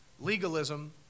Legalism